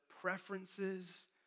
preferences